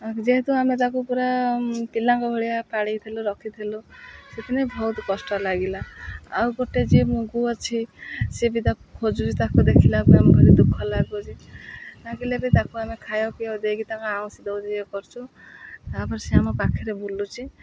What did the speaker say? ଯେହେତୁ ଆମେ ତାକୁ ପୁରା ପିଲାଙ୍କ ଭଳିଆ ପାଳିଥିଲୁ ରଖିଥିଲୁ ସେଥିପାଇଁ ବହୁତ କଷ୍ଟ ଲାଗିଲା ଆଉ ଗୋଟେ ଯିଏ ମଙ୍ଗୁ ଅଛି ସିଏ ବି ତାକୁ ଖୋଜୁଛି ତାକୁ ଦେଖିଲାକୁ ଆମକୁ ଭି ଦୁଃଖ ଲାଗୁଚି ନାଗିଲେ ବି ତାକୁ ଆମେ ଖାଇବା ପି ଦେଇକି ତାଙ୍କୁ ଆଉଁସି ଦଉ ଇଏ କରୁଛୁ ତାପରେ ସେ ଆମ ପାଖରେ ବୁଲୁଛି